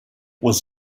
was